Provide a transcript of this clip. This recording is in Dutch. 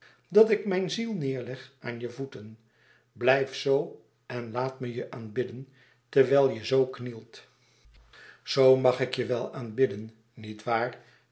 dat ik mijn ziel neêrleg aan je voeten blijf zoo en laat me je aanbidden terwijl je zoo knielt zoo mag ik je wel aanbidden niet waar